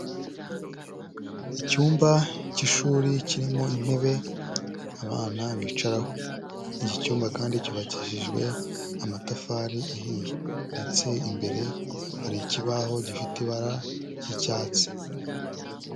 Icyumba cy'ishuri kirimo intebe abana bicaraho, iki cyumba kandi cyubakishijwe amatafari ahiye ndetse imbere hari ikibaho gifite ibara ry'icyatsi.